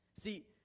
See